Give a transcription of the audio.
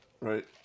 right